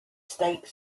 state